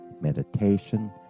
meditation